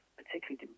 particularly